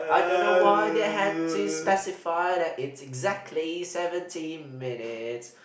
I don't know why they had to specify that it's exactly seventeen minutes